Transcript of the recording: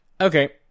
okay